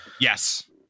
yes